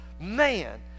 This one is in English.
man